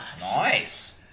Nice